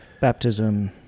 baptism